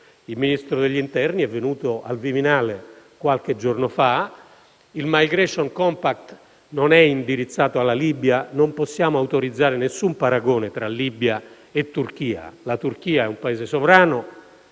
Il Ministro degli interni è venuto al Viminale qualche giorno fa. Il *migration compact* non è indirizzato alla Libia e non possiamo autorizzare alcun paragone tra Libia e Turchia. La Turchia è un Paese sovrano,